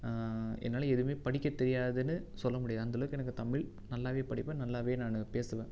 என்னால் எதுவுமே படிக்க தெரியாதுனு சொல்ல முடியாது அந்த அளவுக்கு எனக்கு தமிழ் நல்லாவே படிப்பேன் நல்லாவே நானு பேசுவேன்